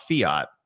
fiat